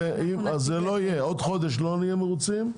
אם עוד חודש לא נהיה מרוצים,